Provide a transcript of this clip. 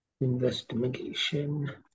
Investigation